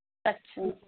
ਅੱਛਾ